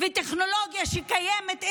וטכנולוגיה קיימים?